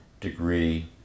degree